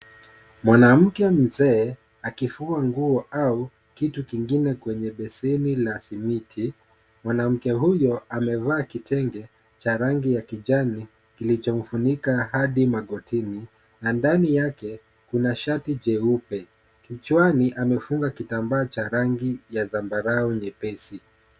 Mwanamke mzee akifua nguo au kitu kingine kwenye beseni la simiti. Mwanamke huyo amevaa kitenge cha rangi ya kijani kilichomfunika hadi magotini na ndani yake kuna shati jeupe. Kichwani amefunga kitambaa cha rangi ya zambarau nyepesi.